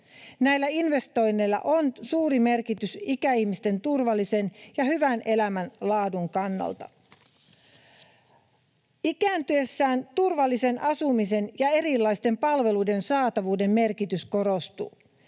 Näillä investoinneilla on suuri merkitys ikäihmisten turvallisuuden ja hyvän elämänlaadun kannalta. Ikääntyessään turvallisen asumisen ja erilaisten palveluiden saatavuuden merkitys korostuu.